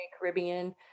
Caribbean